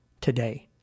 today